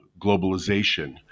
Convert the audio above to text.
globalization